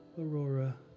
Aurora